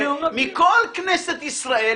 מכל כנסת ישראל,